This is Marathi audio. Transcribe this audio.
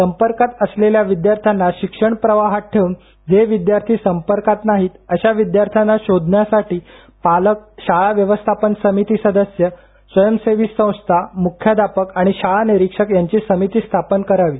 संपर्कात असलेल्या विद्यार्थ्यांना शिक्षण प्रवाहात ठेऊन जे विद्यार्थी संपर्कात नाहीत अशा विद्यार्थ्यांना शोधण्यासाठी पालक शाळा व्यवस्थापन समिती सदस्य स्वयंसेवी संस्था मूख्याध्यापक आणि शाळा निरीक्षक यांची समिती स्थापन करावी